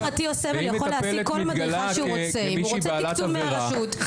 ואם מטפלת מתגלה כמישהי בעלת עבירה,